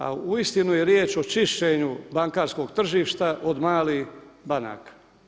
A uistinu je riječ o čišćenju bankarskog tržišta od malih banaka.